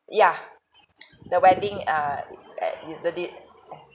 yeah the wedding err uh with the date uh